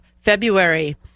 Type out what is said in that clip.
February